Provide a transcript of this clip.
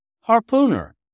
harpooner